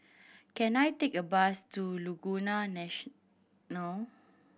can I take a bus to Laguna National